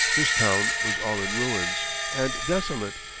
this town was all in ruins and desolate,